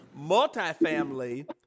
multifamily